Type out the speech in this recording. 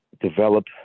develop